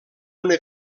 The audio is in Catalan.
una